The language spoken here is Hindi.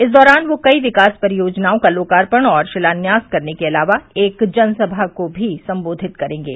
इस दौरान वह कई विकास परियोजनाओं का लोकार्पण और शिलान्यास करने के अलावा एक जनसभा को भी संबोधित करेंगे